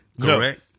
Correct